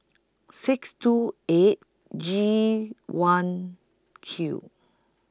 six two eight G one Q